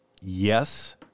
yes